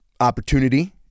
opportunity